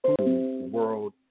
world